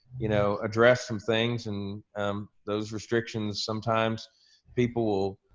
you know address some things and those restrictions sometimes people will